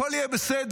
הכול יהיה בסדר,